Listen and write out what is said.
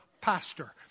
pastor